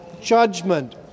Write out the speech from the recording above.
judgment